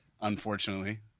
unfortunately